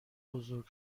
بزرگ